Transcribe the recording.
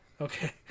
Okay